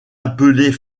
appelés